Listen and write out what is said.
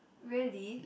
really